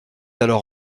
alors